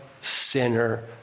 sinner